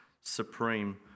supreme